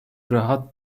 rahat